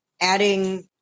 adding